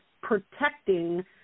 protecting